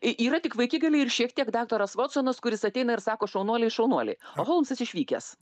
y yra tik vaikigaliai ir šiek tiek daktaras votsonas kuris ateina ir sako šaunuoliai šaunuoliai holmsas išvykęs